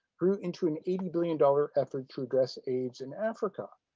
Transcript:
grew into an eighty billion dollars effort to address aids in africa.